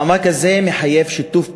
המאבק הזה מחייב שיתוף פעולה,